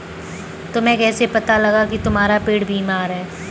तुम्हें कैसे पता लगा की तुम्हारा पेड़ बीमार है?